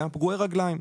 פגועי רגליים.